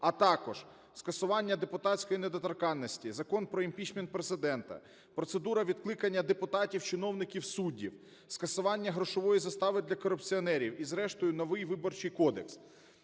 а також скасування депутатської недоторканності; Закон про імпічмент Президента; процедура відкликання депутатів, чиновників, суддів; скасування грошової застави для корупціонерів і, зрештою, новий Виборчий кодекс.